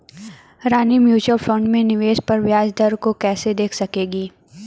Reena mutual fund में निवेश पर ब्याज दर को कैसे देख सकेगी?